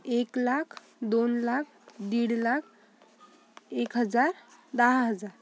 एक लाख दोन लाख दीड लाख एक हजार दहा हजार